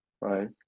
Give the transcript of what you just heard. right